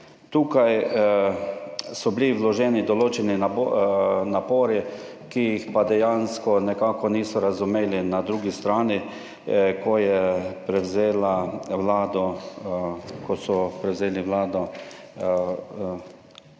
Tukaj so bili vloženi določeni napori, ki jih pa dejansko nekako niso razumeli na drugi strani, ko je prevzela Vlado,